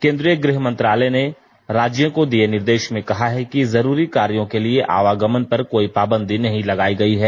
केंद्रीय गृह मंत्रालय ने राज्यों को दिये निर्देष में कहा है कि जरूरी कार्यो के लिए आवागमन पर कोई पाबंदी नहीं लगायी गयी है